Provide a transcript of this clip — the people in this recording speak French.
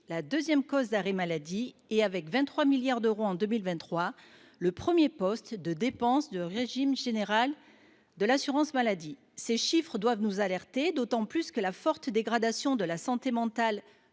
la deuxième cause d’arrêt de maladie et, avec 23 milliards d’euros en 2023, le premier poste de dépenses du régime général de l’assurance maladie. Ces chiffres doivent nous alerter, d’autant plus que la forte dégradation de la santé mentale